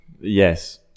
yes